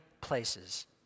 places